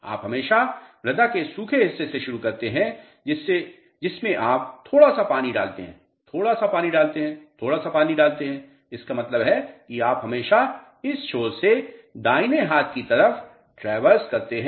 आप हमेशा मृदा के सूखे हिस्से से शुरू करते हैं जिसमें आप थोड़ा सा पानी डालते हैं थोड़ा सा पानी डालते हैं थोड़ा सा पानी डालते हैं इसका मतलब है कि आप हमेशा इस छोर से दाहिने हाथ की तरफ ट्रैवर्स करते हैं